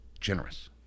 generous